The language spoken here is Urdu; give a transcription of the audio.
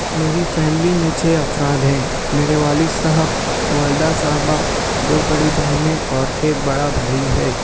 میری فیملی میں چھ افراد ہیں میرے والد صاحب والدہ صاحبہ دو بڑی بہنیں اور ایک بڑا بھائی ہے